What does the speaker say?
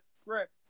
script